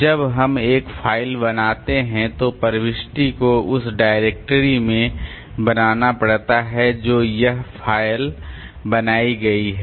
जब हम एक फ़ाइल बनाते हैं तो प्रविष्टि को उस डायरेक्टरी में बनाना पड़ता है जो यह फ़ाइल बनाई गई है